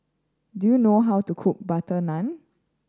do you know how to cook butter naan